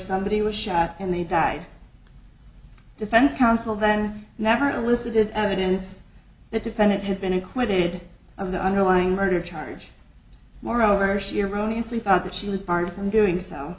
somebody was shot and they died defense counsel then never elicited evidence that defendant had been acquitted of the underlying murder charge moreover she erroneous lee thought that she was barred from doing so